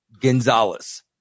Gonzalez